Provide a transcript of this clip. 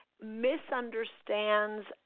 misunderstands